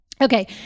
Okay